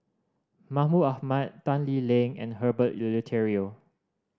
Mahmud Ahmad Tan Lee Leng and Herbert Eleuterio